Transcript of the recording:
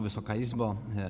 Wysoka Izbo!